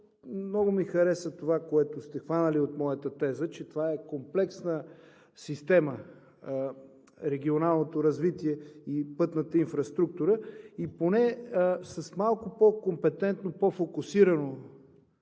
много ми хареса това, което сте хванали от моята теза, че това е комплексна система – регионалното развитие и пътната инфраструктура. Поне с малко по-компетентно, по-фокусирано